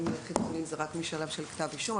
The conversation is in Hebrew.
חיצוניים זה רק מהשלב של כתב אישום,